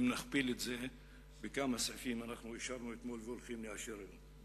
אם נכפיל את זה בכמה סעיפים שאישרנו אתמול והולכים לאשר היום.